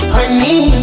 Honey